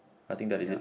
I think that is it